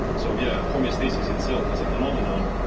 so, yeah, homeostasis itself, as a phenomenon,